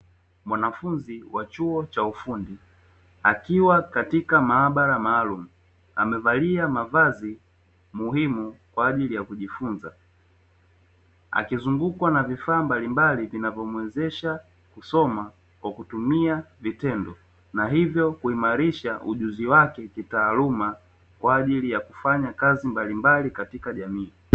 Mwanafunzi wa chuo cha ufundi, akiwa katika maabara maalumu, amevalia mavazi muhimu kwa ajili ya kujifunza, akizungukwa na vifaa mbalimbali vinavyomuwezesha kusoma kwa kutumia vitendo na hivyo kuimarisha ujuzi wake kitaaluma kwa ajili ya kufanya kazi mbalimbali kwa jamii.